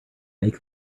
make